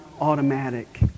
automatic